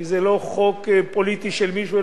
כי זה לא חוק פוליטי של מישהו,